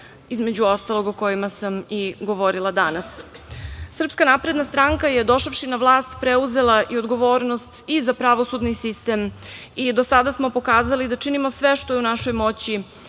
između ostalog o kojima sam i danas govorila. Srpska napredna stranka je došavši na vlast preuzela i odgovornost i za pravosudni sistem i do sada smo pokazali da činimo sve što je u našoj moći